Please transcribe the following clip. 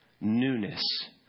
newness